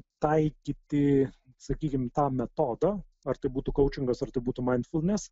taikyti sakykim tą metodą ar tai būtų kaučingas ar tu būtumei mainfulnas